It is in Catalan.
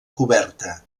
coberta